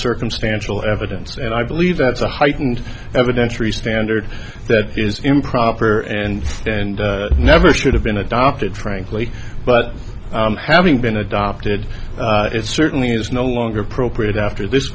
circumstantial evidence and i believe that's a heightened evidentiary standard that is improper and and never should have been adopted frankly but having been adopted it certainly is no longer appropriate after this